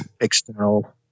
external